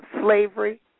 Slavery